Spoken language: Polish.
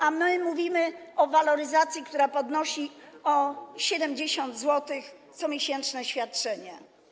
A my mówimy o waloryzacji, która podnosi o 70 zł comiesięczne świadczenie.